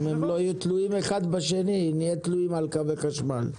אם הם לא יהיו תלויים אחד בשני נהיה תלויים על קווי חשמל.